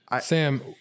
Sam